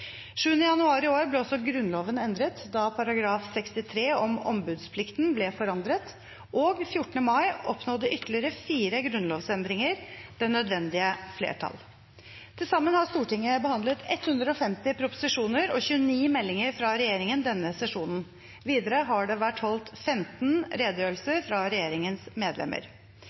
januar i år ble også Grunnloven endret, da § 63 om ombudsplikten ble forandret, og 14. mai oppnådde ytterligere fire grunnlovsendringer det nødvendige flertall. Til sammen har Stortinget behandlet 150 proposisjoner og 29 meldinger fra regjeringen denne sesjonen. Videre har det vært holdt 15 redegjørelser fra regjeringens medlemmer.